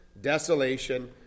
desolation